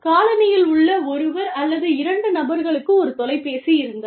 காலனியில் உள்ள ஒருவர் அல்லது இரண்டு நபர்களுக்கு ஒரு தொலைபேசி இருந்தது